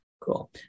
Cool